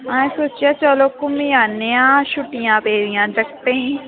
असें सोचेआ कि घुमी औन्ने आं छुट्टियां पेदियां जागतें गी